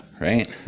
Right